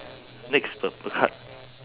next purple card